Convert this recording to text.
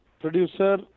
producer